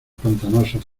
pantanosos